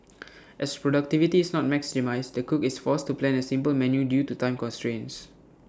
as productivity is not maximised the cook is forced to plan A simple menu due to time constraints